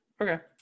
Okay